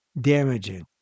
damaging